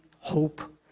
hope